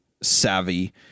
savvy